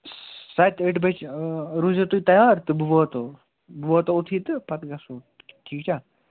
سَتہِ ٲٹھِ بَجہِ آ روٗزۍ زیٚو تُہۍ تیار تہٕ بہٕ واتہو بہٕ واتہو اوٚتتھٕے تہٕ پَتہٕ گَژھو ٹھیٖک چھا